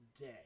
day